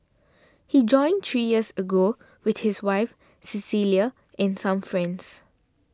he joined three years ago with his wife Cecilia and some friends